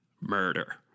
murder